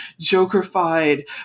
jokerified